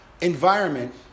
environment